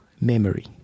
memory